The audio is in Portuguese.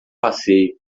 passeio